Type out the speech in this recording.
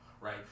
right